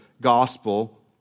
gospel